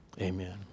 Amen